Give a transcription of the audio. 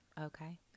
okay